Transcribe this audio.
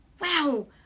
wow